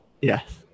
Yes